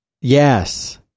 Yes